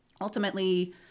ultimately